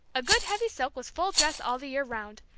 a good heavy silk was full dress all the year round.